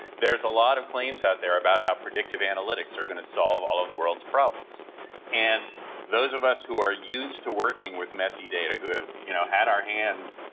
there's a lot of claims out there about how predictive analytics are going to solve all of the world's problems and those of us who are used to working with messy data, who have you know had our hands,